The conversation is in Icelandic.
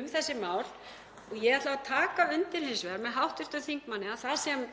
um þessi mál. Ég ætlaði að taka undir hins vegar með hv. þingmanni að það sem